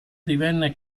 divenne